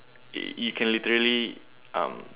you can literally um